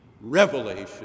revelation